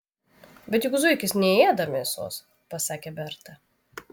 bet juk zuikis neėda mėsos pasakė berta